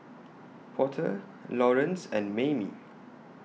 Porter Laurence and Maymie